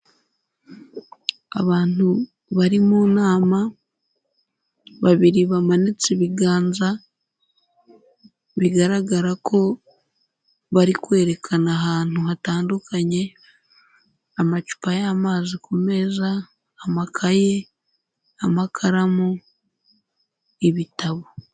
Abantu bari mu nama, babiri bamanitse ibiganza, bigaragara ko bari kwerekana ahantu hatandukanye, amacupa y'amazi ku meza, amakaye, amakaramu ibitabo.